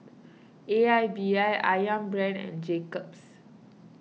A I B I Ayam Brand and Jacob's